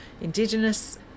Indigenous